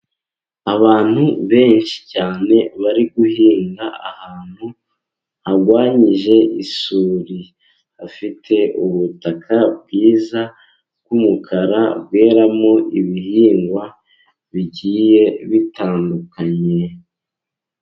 Abantu benshi cyane bari guhinga ahantu harwanyije isuri, hafite ubutaka bwiza b'wumukara, bweramo ibihingwa bigiye bitandukanye.